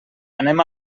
anem